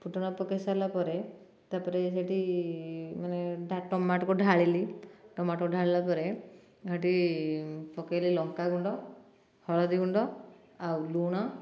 ଫୁଟଣ ପକେଇ ସାରିଲା ପରେ ତାପରେ ସେଇଠି ମାନେ ଟମାଟ କୁ ଢାଳିଲି ଟମାଟ କୁ ଢ଼ାଳିଲା ପରେ ସେଠି ପକେଇଲି ଲଙ୍କା ଗୁଣ୍ଡ ହଳଦୀ ଗୁଣ୍ଡ ଆଉ ଲୁଣ